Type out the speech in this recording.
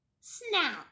snout